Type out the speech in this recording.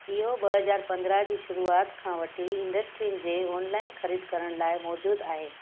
इहो ॿ हज़ार पंद्रहं जी शुरूआति खां वठी इंडस्ट्री जे ऑनलाइन ख़रीद करण लाइ मौजूदु आहे